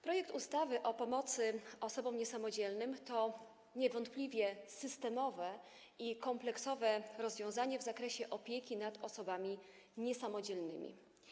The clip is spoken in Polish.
Projekt ustawy o pomocy osobom niesamodzielnym to niewątpliwie systemowe i kompleksowe rozwiązanie w zakresie opieki nad osobami niesamodzielnymi.